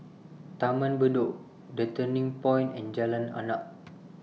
Taman Bedok The Turning Point and Jalan Arnap